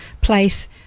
place